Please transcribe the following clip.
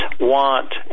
want